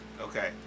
Okay